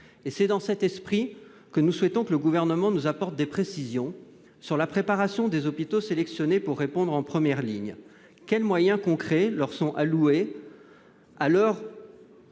C'est dans cet esprit que nous souhaitons que le Gouvernement nous apporte des précisions sur la préparation des hôpitaux sélectionnés pour répondre en première ligne. Quels moyens concrets leur sont-ils alloués, à l'heure